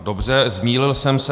Dobře, zmýlil jsem se.